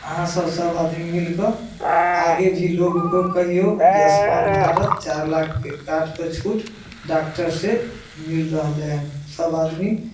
अहाँसभ सभ आदमी मिलिकऽ आगे भी लोकके कहिऔ जे आयुष्मान भारत चारि लाखके कार्डके छूट डॉक्टर से मिलि रहलै हन सभ आदमी